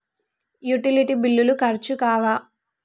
Utility బిల్లులు ఖర్చు కావా?